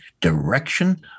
Direction